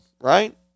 right